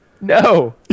No